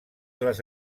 les